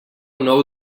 nou